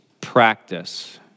practice